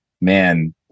man